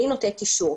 אני נותנת אישור.